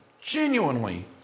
genuinely